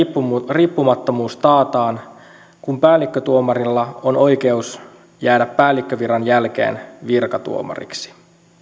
riippumattomuus taataan kun päällikkötuomarilla on oikeus jäädä päällikköviran jälkeen virkatuomariksi